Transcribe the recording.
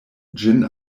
ĝin